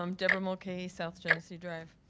um debra mulcahey, south genesee drive.